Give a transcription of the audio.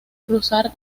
cruzar